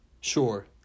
Sure